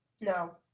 No